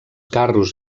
carros